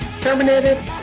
Terminated